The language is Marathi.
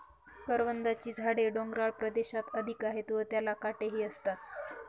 करवंदाची झाडे डोंगराळ प्रदेशात अधिक आहेत व त्याला काटेही असतात